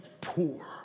poor